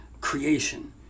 creation